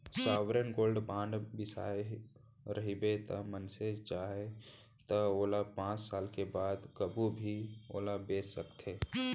sovereign gold bond बिसाए रहिबे त मनसे चाहय त ओला पाँच साल के बाद कभू भी ओला बेंच सकथे